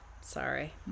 Sorry